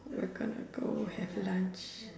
we are gonna go have lunch